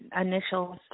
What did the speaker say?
initials